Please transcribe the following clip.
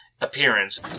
appearance